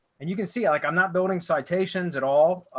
and you can see like, i'm not building citations at all,